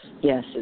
Yes